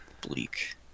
bleak